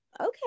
okay